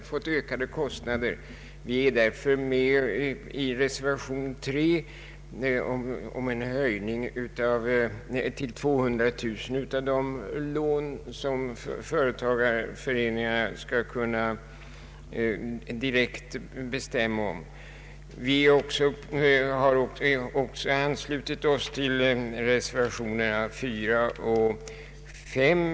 Av denna anledning stöder vi reservationen 3 om en höjning till 200 000 kronor av de lån som företagareföreningarna skall kunna direkt bestämma om. Vi har också anslutit oss till reservationerna 4 och 5.